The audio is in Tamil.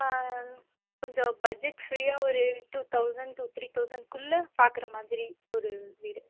கொஞ்சம் பட்ஜெட் ஃப்ரீயாக ஒரு டூ தௌசண்ட் டூ த்ரீ தௌசண்ட்குள்ள பார்க்கற மாதிரி ஒரு வீடு